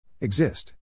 Exist